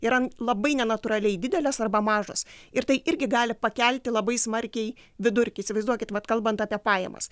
yra labai nenatūraliai didelės arba mažos ir tai irgi gali pakelti labai smarkiai vidurkį įsivaizduokit vat kalbant apie pajamas